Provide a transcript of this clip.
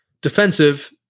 defensive